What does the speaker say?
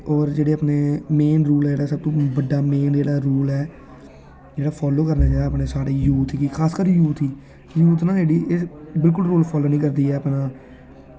होर जेह्ड़े अपने मेन होइया जेह्ड़ा बड्डा मेन जेह्ड़ा रोड़ ऐ जेह्ड़ा फॉलो करना चाह जेह्ड़ा साढ़े यूथ गी यूथ ना जेह्ड़ी एह् बिल्कुल रूल फॉलो निं करदी ऐ अपनी